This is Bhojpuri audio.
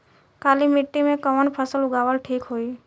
काली मिट्टी में कवन फसल उगावल ठीक होई?